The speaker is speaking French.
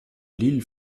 lille